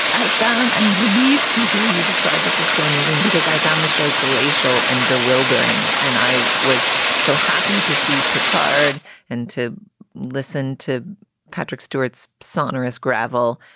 i found i'm relieved to hear you describe this as slow moving because i found the show glacial and bewildering. and i was so happy to see picard and to listen to patrick stewart's sonorous gravel,